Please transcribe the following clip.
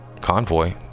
convoy